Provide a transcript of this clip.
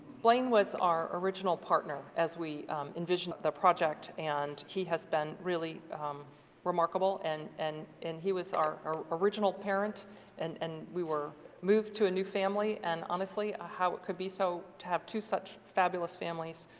blane was our original partner as we envisioned the project and he has been really remarkable and and he was our original parent and and we were moved to a new family and honestly ah how it could be so, to have two such fabulous families,